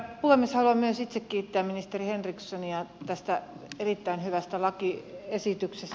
haluan myös itse kiittää ministeri henrikssonia tästä erittäin hyvästä lakiesityksestä